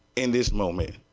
and this moment.